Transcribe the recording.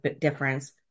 difference